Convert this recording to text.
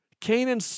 Canaan